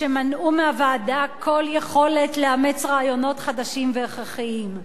שמנעו ממנה כל יכולת לאמץ רעיונות חדשים והכרחיים.